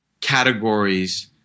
categories